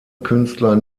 künstler